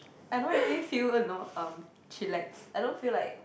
I don't really feel you know um chillax I don't feel like